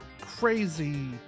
crazy